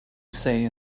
say